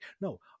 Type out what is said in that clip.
No